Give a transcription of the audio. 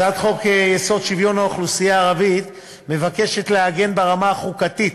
הצעת חוק-יסוד: שוויון האוכלוסייה הערבית מבקשת לעגן ברמה החוקתית